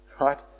Right